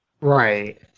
Right